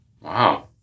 Wow